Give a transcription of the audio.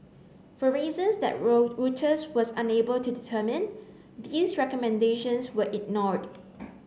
for reasons that roll Reuters was unable to determine these recommendations were ignored